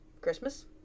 Christmas